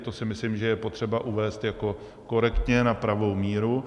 To si myslím, že je potřeba uvést jako korektně na pravou míru.